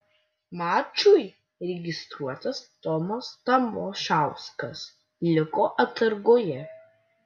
mačui registruotas tomas tamošauskas liko atsargoje